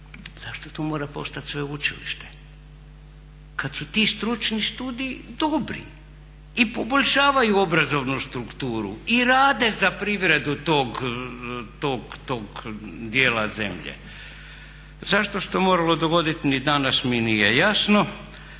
zašto to mora postat sveučilište kad su ti stručni studiji dobri i poboljšavaju obrazovnu strukturu i rade za privredu tog djela zemlje? Zašto se to moralo dogoditi ni danas mi nije jasno,